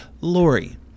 Lori